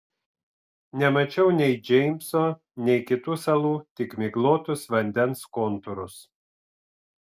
nemačiau nei džeimso nei kitų salų tik miglotus vandens kontūrus